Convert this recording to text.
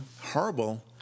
horrible